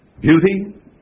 Beauty